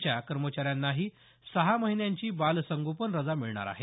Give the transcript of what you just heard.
च्या कर्मचाऱ्यांनाही सहा महिन्यांची बालसंगोपन रजा मिळणार आहे